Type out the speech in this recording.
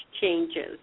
changes